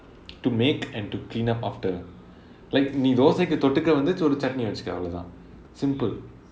to make and to clean up after like நீ:nee thosai கு தொட்டுக்க வந்து:ku tottukka vanthu chutney வெச்சிக்கலாம் அவ்வளவுதான்:vechikkalaam avvalavuthaan simple